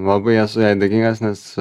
labai esu jai dėkingas nes